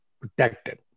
protected